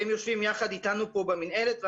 והם יושבים יחד איתנו פה במנהלת.